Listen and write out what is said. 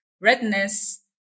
redness